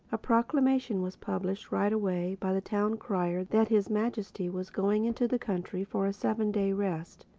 a proclamation was published right away by the town crier that his majesty was going into the country for a seven-day rest,